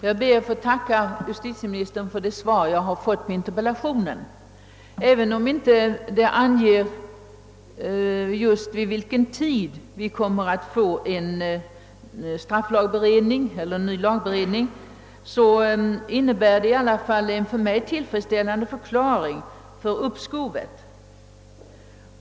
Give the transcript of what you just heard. Herr talman! Jag ber att få tacka justitieministern för det svar jag har fått på interpellationen. Även om det inte anger just vid vilken tidpunkt vi kommer att få en ny lagberedning, så innebär det i alla fall en för mig tillfredsställande förklaring till uppskovet.